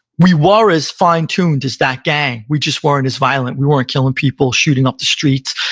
we were as fine-tuned as that gang. we just weren't as violent. we weren't killing people, shooting up the streets.